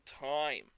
time